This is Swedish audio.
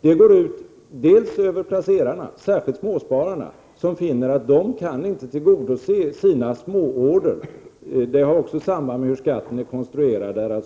Denna situation går ut över placerarna, särskilt småspararna, som finner att de inte kan tillgodose sina småorder. Det hör också samman med hur skatten är konstruerad.